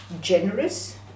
generous